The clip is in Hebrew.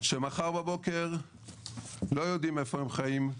שמחר בבוקר לא יודעים איפה הם חיים,